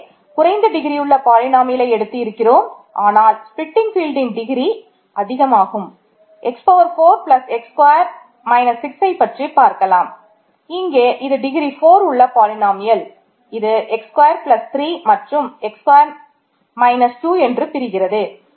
இங்கே குறைந்த டிகிரி 2 என்று பிரிகிறது